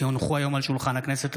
כי הונחו היום על שולחן הכנסת,